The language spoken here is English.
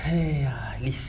!haiya! liz